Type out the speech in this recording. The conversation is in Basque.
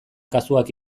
kasuak